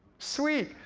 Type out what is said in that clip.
sweet,